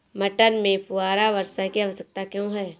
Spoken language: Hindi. मटर में फुहारा वर्षा की आवश्यकता क्यो है?